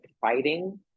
fighting